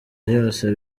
yose